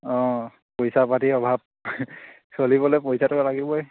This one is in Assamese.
অঁ পইচা পাতি অভাৱ চলিবলৈ পইচাটো লাগিবই